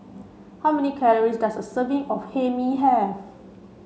how many calories does a serving of Hae Mee have